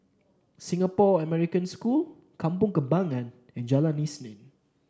Singapore American School Kampong Kembangan and Jalan Isnin